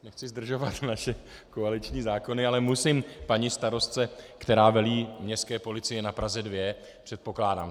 Nechci zdržovat naše koaliční zákony, ale musím paní starostce, která velí městské policii na Praze 2, předpokládám.